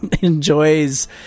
enjoys